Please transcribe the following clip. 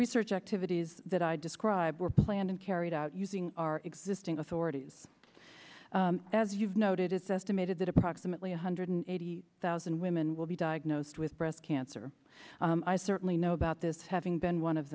research activities that i described were planned and carried out using our existing authorities as you've noted it's estimated that approximately one hundred eighty thousand women will be diagnosed with breast cancer i certainly know about this having been one of